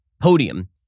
podium